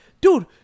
dude